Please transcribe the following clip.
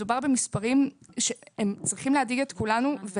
מדובר במספרים שהם צריכים להדאיג את כולנו.